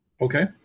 Okay